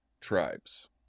Tribes